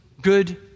good